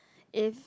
if